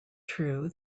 true